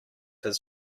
his